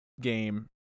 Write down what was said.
game